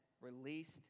released